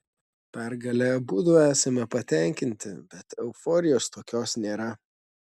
pergale abudu esame patenkinti bet euforijos tokios nėra